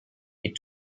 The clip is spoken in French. est